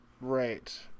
right